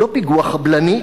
לא פיגוע חבלני,